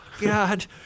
God